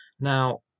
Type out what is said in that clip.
Now